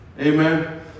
Amen